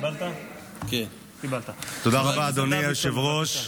תודה רבה, אדוני היושב-ראש.